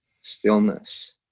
stillness